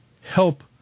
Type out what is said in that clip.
help